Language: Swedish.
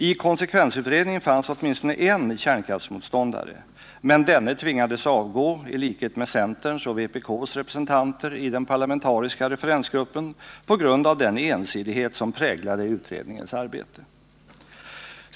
I konsekvensutredningen fanns åtminstone en kärnkraftsmotståndare, men denne tvingades avgå, i likhet med centerns och vpk:s representanter i den parlamentariska referensgruppen, på grund av den ensidighet som präglade utredningens arbete.